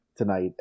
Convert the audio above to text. Tonight